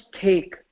take